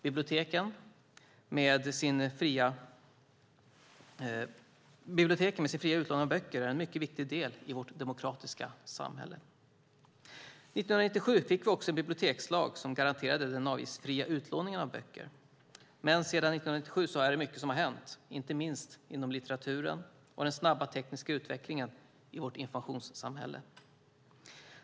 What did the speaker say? Biblioteken, med sin fria utlåning av böcker, är en mycket viktig del i vårt demokratiska samhälle. År 1997 fick vi en bibliotekslag som garanterade den avgiftsfria utlåningen av böcker. Men sedan 1997 har mycket hänt, inte minst inom litteraturen och genom den snabba tekniska utvecklingen i vårt informationssamhälle.